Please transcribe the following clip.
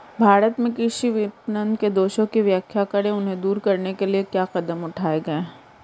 भारत में कृषि विपणन के दोषों की व्याख्या करें इन्हें दूर करने के लिए क्या कदम उठाए गए हैं?